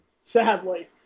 sadly